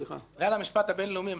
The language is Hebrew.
בגלל המשפט הבין-לאומי הם לא רוצים להתבטא.